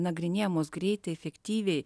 nagrinėjamos greitai efektyviai